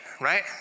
right